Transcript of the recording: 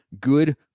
good